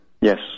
Yes